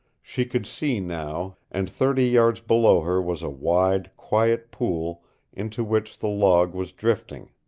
she could see now, and thirty yards below her was a wide, quiet pool into which the log was drifting.